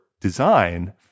design